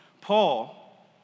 Paul